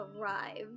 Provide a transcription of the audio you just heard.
arrived